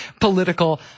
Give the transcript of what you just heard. political